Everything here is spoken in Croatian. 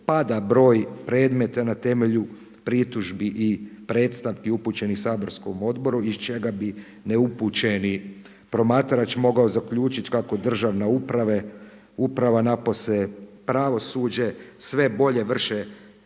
pada broj predmeta na temelju pritužbi i predstavki upućenih saborskom odboru iz čega bi neupućeni promatrač mogao zaključiti kako državna uprava napose pravosuđe sve bolje vrše